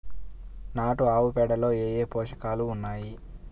నాటు ఆవుపేడలో ఏ ఏ పోషకాలు ఉన్నాయి?